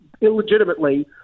illegitimately